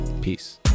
Peace